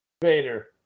Vader